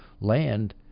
land